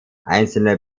einzelne